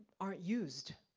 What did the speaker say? aren't used.